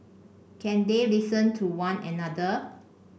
can they listen to one another